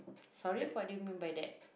sorry what did you mean by that